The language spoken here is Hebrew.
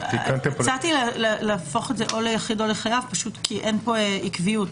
הצעתי להפוך את זה ליחיד או לחייב כי אין פה עקביות.